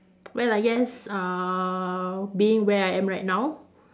well I guess uh being where I am right now